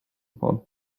pod